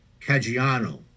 Caggiano